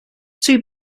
two